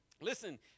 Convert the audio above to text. Listen